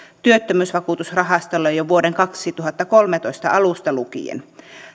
työttömyysvakuutusrahastolle jo vuoden kaksituhattakolmetoista alusta lukien